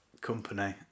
company